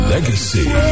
Legacy